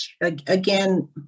again